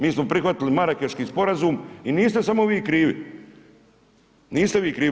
Mi smo prihvatili Marakeški sporazum i niste samo vi krivi, niste vi krivi.